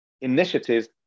initiatives